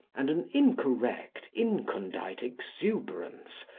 and an incorrect, incondite exuberance,